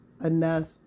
enough